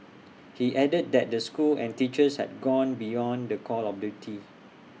he added that the school and teachers had gone beyond the call of duty